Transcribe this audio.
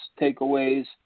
takeaways